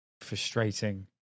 Frustrating